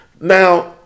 now